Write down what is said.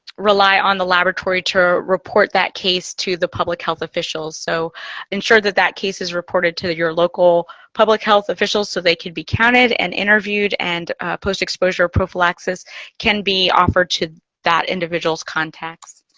rely on the laboratory to report that case to the public health officials. so ensure that that case is reported to your local public health officials so they could be counted and interviewed and post-exposure prophylaxis can be offered to that individuals contacts.